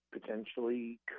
potentially